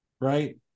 right